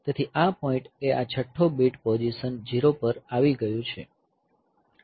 તેથી આ પોઈન્ટએ આ છઠ્ઠો બીટ પોઝીશન 0 પર આવી ગયું છે